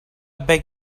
beg